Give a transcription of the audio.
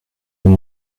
nous